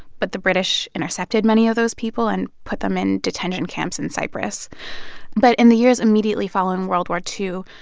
but the british intercepted many of those people and put them in detention camps in cyprus but in the years immediately following world war ii,